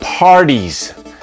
parties